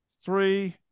three